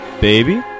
Baby